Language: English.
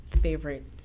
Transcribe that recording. Favorite